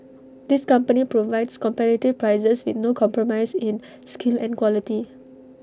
this company provides competitive prices with no compromise in skill and quality